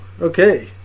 okay